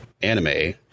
anime